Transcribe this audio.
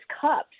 cups